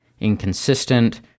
inconsistent